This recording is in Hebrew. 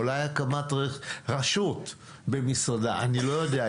או אולי הקמת רשות במשרדה, אני לא יודע.